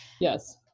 yes